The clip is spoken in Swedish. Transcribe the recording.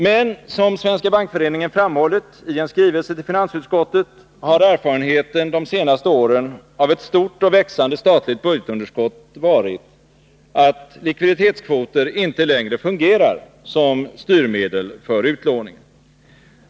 Men som Svenska bankföreningen framhållit i en skrivelse till finansutskottet har erfarenheten de senaste åren av ett stort och växande statligt budgetunderskott varit att likviditetskvoter inte längre fungerar som styrmedel för utlåningen.